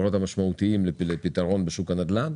דרכים לפתור את המצוקה בשוק הנדל"ן.